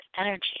energy